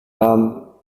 tom